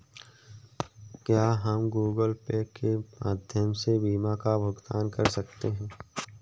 क्या हम Google Pay के माध्यम से बीमा का भुगतान कर सकते हैं?